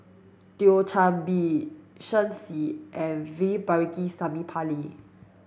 Thio Chan Bee Shen Xi and V Pakirisamy Pillai